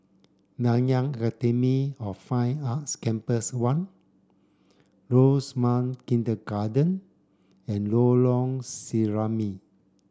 Nanyang Academy of Fine Arts Campus one Rosemount Kindergarten and Lorong Serambi